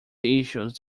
issues